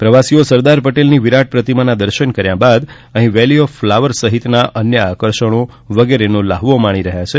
પ્રવાસીઓ સરદાર પટેલની વિરાટ પ્રતિમાના દર્શન કર્યા બાદ અહી વેલી ઓફ ફલાવર સહિતના અન્ય આકર્ષણો વગેરેનો લ્હાવો માણી રહયાં છે